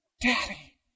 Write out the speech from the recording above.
Daddy